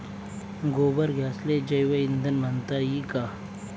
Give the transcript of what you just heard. गोबर गॅसले जैवईंधन म्हनता ई का?